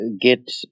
get